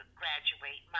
graduate